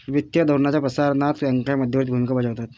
वित्तीय धोरणाच्या प्रसारणात बँकाही मध्यवर्ती भूमिका बजावतात